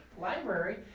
library